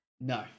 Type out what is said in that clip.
No